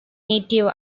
native